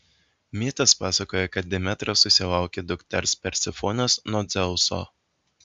mitas pasakoja kad demetra susilaukia dukters persefonės nuo dzeuso